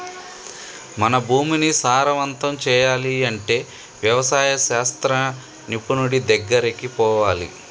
మన భూమిని సారవంతం చేయాలి అంటే వ్యవసాయ శాస్త్ర నిపుణుడి దెగ్గరికి పోవాలి